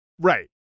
Right